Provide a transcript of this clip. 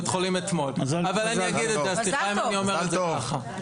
מזל טוב.